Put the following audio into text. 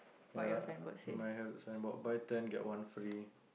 ya might have signboard buy ten get one free